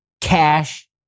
cash